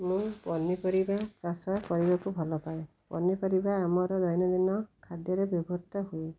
ମୁଁ ପନିପରିବା ଚାଷ କରିବାକୁ ଭଲ ପାାଏ ପନିପରିବା ଆମର ଦୈନନ୍ଦିନ ଖାଦ୍ୟରେ ବ୍ୟବହୃତ ହୁଏ